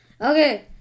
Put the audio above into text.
Okay